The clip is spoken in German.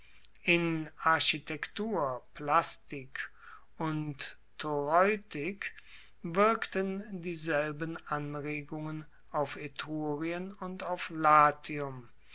in architektur plastik und toreutik wirkten dieselben anregungen auf etrurien und auf latium